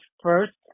first